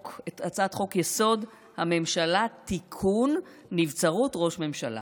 חוק-יסוד: הממשלה (תיקון) (נבצרות ראש הממשלה),